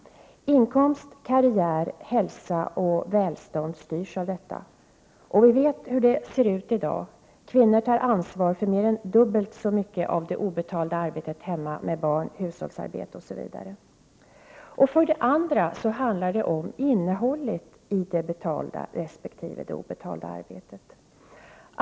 Inkomst, karriär, hälsa och välstånd styrs av detta. Och vi vet hur det ser ut i dag: kvinnor tar ansvar för mer än dubbelt så mycket av det obetalda arbetet hemma med barn, hushåll osv. För det andra handlar det om innehållet i det betalda resp. det obetalda arbetet.